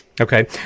Okay